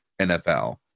NFL